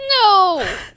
No